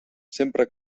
sempre